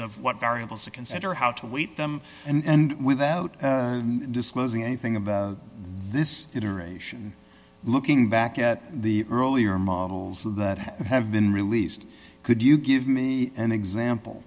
of what variables to consider how to weight them and without disclosing anything about this iteration looking back at the earlier models that have been released could you give me an example